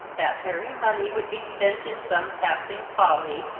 that very money would be spent in some passing folly,